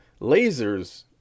lasers